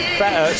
better